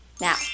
Now